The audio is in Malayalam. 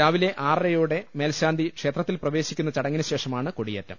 രാവിലെ ആറരയോടെ മേൽശാന്തി ക്ഷേത്രത്തിൽ പ്രവേശിക്കുന്ന ചടങ്ങിനു ശേഷമാണ് കൊടിയേ റ്റം